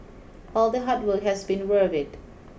all the hard work has been worth it